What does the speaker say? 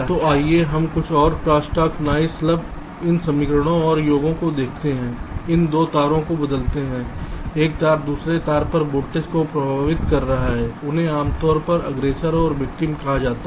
तो आइए हम कुछ और क्रॉस टॉक नॉइस मतलब इन समीकरणों और योगों को देखते हैं इन 2 तारों को बदलते हैं एक तार दूसरे तार पर वोल्टेज को प्रभावित कर रहा है उन्हें आमतौर पर अग्ग्रेसर और विक्टिम कहा जाता है